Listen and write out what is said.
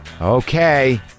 Okay